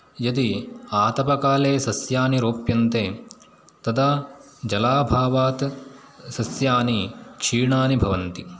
यदि आतपकाले सस्यानि रोप्यन्ते तदा जलाभावात् सस्यानि क्षीणानि भवन्ति